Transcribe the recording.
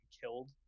killed